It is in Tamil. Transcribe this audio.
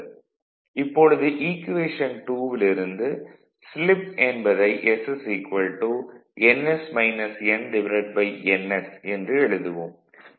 இப்பொழுது ஈக்குவேஷன் 2 ல் இருந்து ஸ்லிப் என்பதை s ns என்று எழுதுவோம்